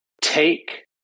take